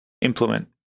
implement